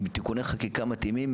עם תיקוני חקיקה מתאימים,